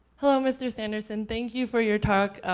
hello, mr. sanderson. thank you for your talk.